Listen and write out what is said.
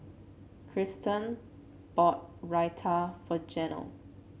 Kristen bought Raita for Janel